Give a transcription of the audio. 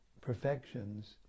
perfections